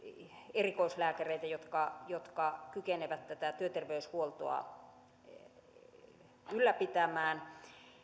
erikoislääkäreitä jotka jotka kykenevät tätä työterveyshuoltoa ylläpitämään